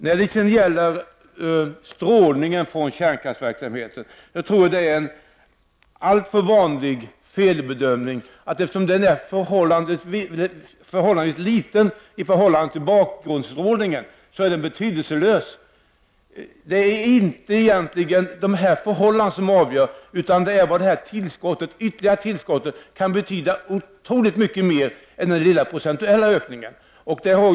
När det sedan gäller strålning från kärnkraftsverksamhet tror jag att det är en alltför vanlig felbedömning att den är betydelselös, eftersom den är så liten i förhållande till bakgrundsstrålningen. Det är egentligen inte dessa förhållanden som avgör. Det ytterligare tillskottet kan nämligen betyda enormt mycket mer än vad den lilla procentuella ökningen ger vid handen.